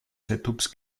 cette